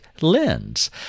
lens